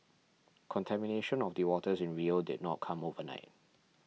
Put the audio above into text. contamination of the waters in Rio did not come overnight